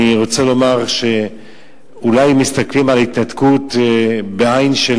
אני רוצה לומר שאולי מסתכלים על ההתנתקות בעין של,